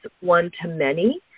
one-to-many